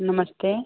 नमस्ते